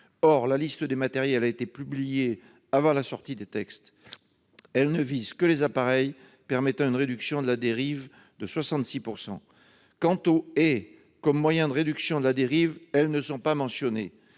Or la liste des matériels a été publiée avant la sortie des textes. Elle ne vise que les appareils permettant une réduction de la dérive de 66 %. Quant aux haies comme moyen de réduction de la dérive, elles ne sont pas mentionnées.